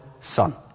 Son